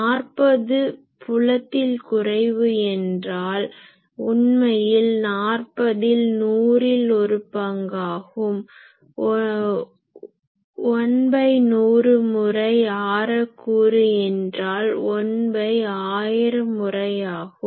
40 புலத்தில் குறைவு என்றால் உண்மையில் 40 இல் 100ல் ஒரு பங்காகும் 1100 முறை ஆர கூறு என்றால் 11000 முறையாகும்